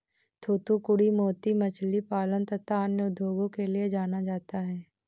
थूथूकुड़ी मोती मछली पालन तथा अन्य उद्योगों के लिए जाना जाता है